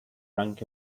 rank